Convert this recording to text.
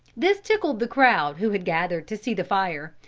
this tickled the crowd who had gathered to see the fire,